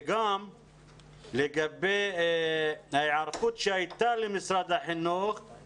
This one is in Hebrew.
וגם לגבי ההיערכות שהייתה למשרד החינוך בתקופה האחרונה,